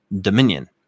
dominion